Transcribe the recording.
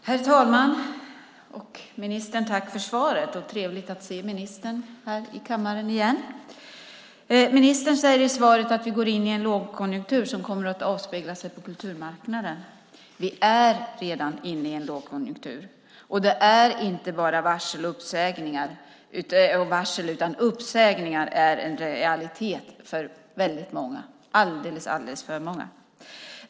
Herr talman! Tack för svaret! Det är trevligt att se ministern i kammaren igen. Ministern säger i svaret att vi går in i en lågkonjunktur som kommer att avspegla sig på kulturmarknaden. Men vi är redan inne i en lågkonjunktur, och det är inte bara varsel. Uppsägningar är en realitet för alldeles för många.